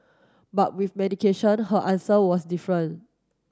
but with medication her answer was different